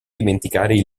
dimenticare